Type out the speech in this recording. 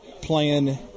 plan